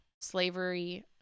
slavery